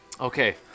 okay